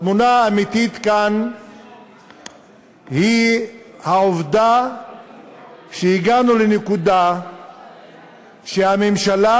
התמונה האמיתית כאן היא העובדה שהגענו לנקודה שהממשלה